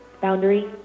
Boundary